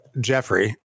jeffrey